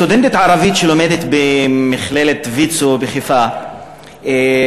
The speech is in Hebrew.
סטודנטית ערבייה שלומדת במכללת ויצו בחיפה ניגשה,